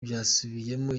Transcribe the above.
byasubiyemo